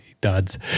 duds